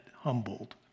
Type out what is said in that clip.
humbled